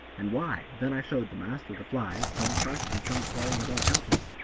and why then i showed the master the flies, some crushed and some crawling about helpless,